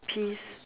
peas